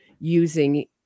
using